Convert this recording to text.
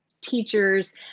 teachers